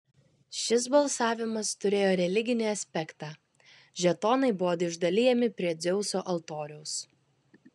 šis balsavimas turėjo religinį aspektą žetonai buvo išdalijami prie dzeuso altoriaus